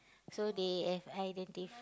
so they have identify